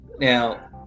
Now